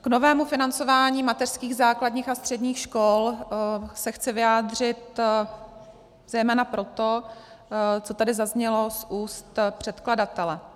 K novému financování mateřských, základních a středních škol se chci vyjádřit zejména proto, co tady zaznělo z úst předkladatele.